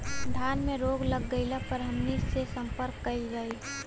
धान में रोग लग गईला पर हमनी के से संपर्क कईल जाई?